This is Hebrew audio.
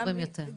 חמורים יותר.